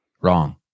wrong